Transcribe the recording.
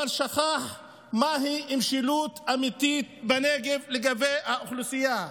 אבל שכח מהי משילות אמיתית בנגב לגבי האוכלוסייה.